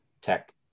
tech